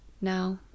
Now